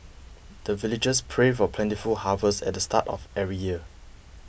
the villagers pray for plentiful harvest at the start of every year